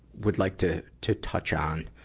would like to, to touch on?